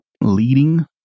leading